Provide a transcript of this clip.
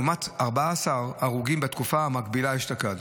לעומת 14 הרוגים בתקופה המקבילה אשתקד.